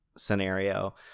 scenario